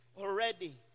already